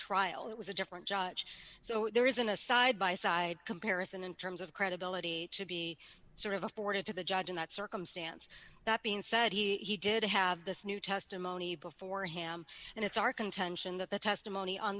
trial it was a different judge so there isn't a side by side comparison in terms of credibility to be sort of afforded to the judge in that circumstance that being said he did have this new testimony before him and it's our contention that the testimony on